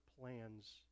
plans